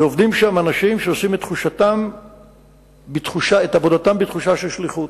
ועובדים שם אנשים שעושים את עבודתם בתחושת שליחות,